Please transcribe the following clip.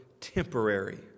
temporary